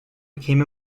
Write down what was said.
became